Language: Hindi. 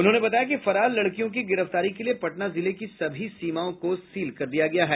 उन्होंने बताया कि फरार लड़कियों की गिरफ्तारी के लिए पटना जिले की सभी सीमाओं को सील कर दिया गया है